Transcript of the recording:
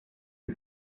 est